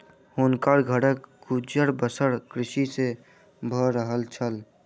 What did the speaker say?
हुनकर घरक गुजर बसर कृषि सॅ भअ रहल छल